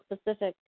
specific